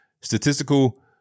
statistical